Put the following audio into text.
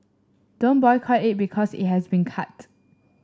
don't boycott it because it has been cut